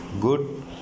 good